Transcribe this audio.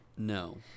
No